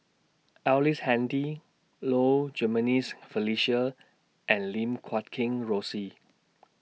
Ellice Handy Low Jimenez Felicia and Lim Guat Kheng Rosie